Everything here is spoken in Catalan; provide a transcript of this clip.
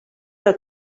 que